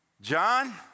John